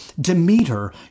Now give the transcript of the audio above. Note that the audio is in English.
Demeter